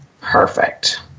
Perfect